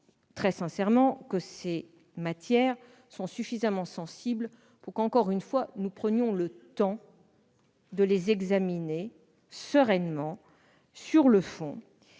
très sincèrement que ces matières sont suffisamment sensibles pour que nous prenions le temps de les examiner sereinement, sur le fond.